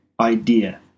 idea